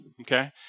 Okay